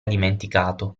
dimenticato